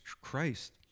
Christ